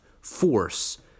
force